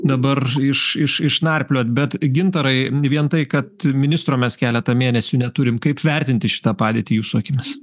dabar iš iš išnarpliot bet gintarai vien tai kad ministro mes keletą mėnesių neturim kaip vertinti šitą padėtį jūsų akimis